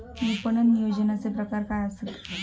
विपणन नियोजनाचे प्रकार काय आसत?